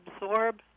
absorb